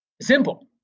Simple